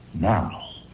Now